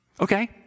Okay